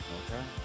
okay